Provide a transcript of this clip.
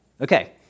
Okay